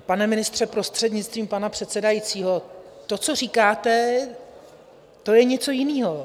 Pane ministře, prostřednictvím pana předsedajícího, to, co říkáte, to je něco jiného.